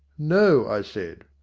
no, i said,